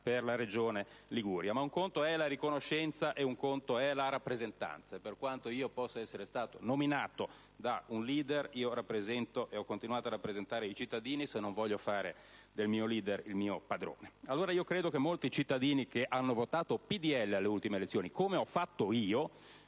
per la regione Liguria. Ma un conto è la riconoscenza, altro la rappresentanza; e per quanto possa essere stato nominato da un leader, io rappresento e ho continuato a rappresentare i cittadini, per non fare del mio leader il mio padrone. Allora, credo che molti cittadini che alle ultime elezioni hanno votato per